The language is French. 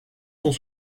sont